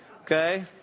Okay